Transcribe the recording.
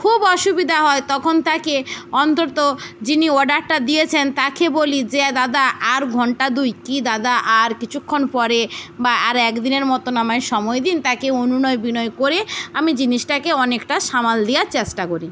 খুব অসুবিধা হয় তখন তাঁকে অন্তত যিনি অর্ডারটা দিয়েছেন তাঁকে বলি যে দাদা আর ঘণ্টা দুই কী দাদা আর কিছুক্ষণ পরে বা আর এক দিনের মতন আমায় সময় দিন তাঁকে অনুনয় বিনয় করে আমি জিনিসটাকে অনেকটা সামাল দেওয়ার চেষ্টা করি